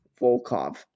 Volkov